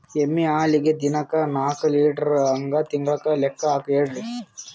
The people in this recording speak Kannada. ಎಮ್ಮಿ ಹಾಲಿಗಿ ದಿನಕ್ಕ ನಾಕ ಲೀಟರ್ ಹಂಗ ತಿಂಗಳ ಲೆಕ್ಕ ಹೇಳ್ರಿ?